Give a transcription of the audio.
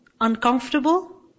Uncomfortable